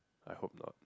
I hope not